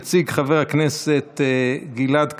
יציג, חבר הכנסת גלעד קריב,